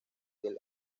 del